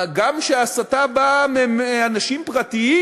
גם כשההסתה באה מאנשים פרטיים,